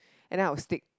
and then I will stick